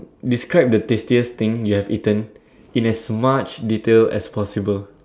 describe the tastiest thing you've eaten in as much detail as possible